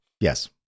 Yes